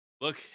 look